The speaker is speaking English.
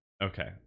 Okay